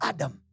Adam